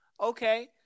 Okay